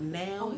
now